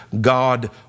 God